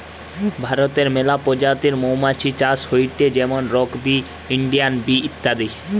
ভারতে মেলা প্রজাতির মৌমাছি চাষ হয়টে যেমন রক বি, ইন্ডিয়ান বি ইত্যাদি